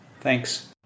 Thanks